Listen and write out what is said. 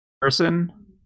person